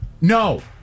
no